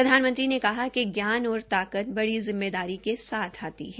प्रधानमंत्री ने कहा कि ज्ञान और ताकत बड़ी जिम्मेदारी के साथ आती है